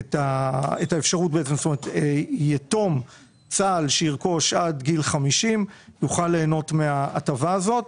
את האפשרות כך שיתום צה"ל שירכוש עד גיל 50 יוכל ליהנות מההטבה הזאת,